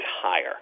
higher